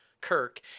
Kirk